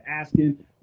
asking